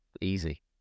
easy